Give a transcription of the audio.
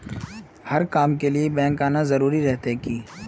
हर काम के लिए बैंक आना जरूरी रहते की?